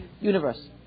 universe